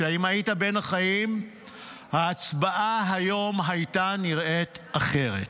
שאם היית בין החיים ההצבעה היום הייתה נראית אחרת.